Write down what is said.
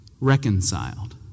reconciled